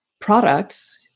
products